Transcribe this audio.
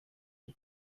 and